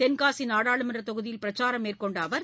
தென்காசி நாடாளுமன்ற தொகுதியில் பிரச்சாரம் மேற்கொண்ட அவர்